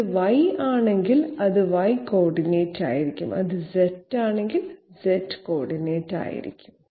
ഇത് y ആണെങ്കിൽ അത് y കോർഡിനേറ്റ് ആയിരിക്കും അത് z ആണെങ്കിൽ അത് z കോർഡിനേറ്റ് ആയിരിക്കും